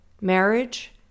Marriage